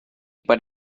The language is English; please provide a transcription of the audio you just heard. but